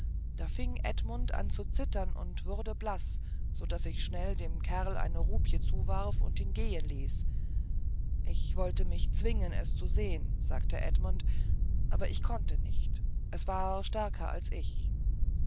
da fing edmund an zu zittern und wurde totenblaß so daß ich schnell dem kerl eine rupie zuwarf und ihn gehen ließ ich wollte mich zwingen es zu sehen sagte edmund aber ich konnte nicht es ist stärker als ich